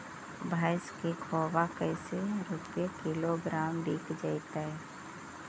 भैस के खोबा कैसे रूपये किलोग्राम बिक जइतै?